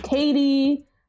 Katie